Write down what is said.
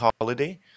holiday